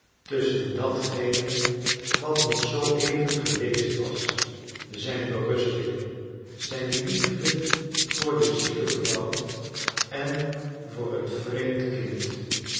tusschen datgene wat nog zoo even geweest was zijn berusting zijn liefde voor de zieke vrouw en voor het vreemd kind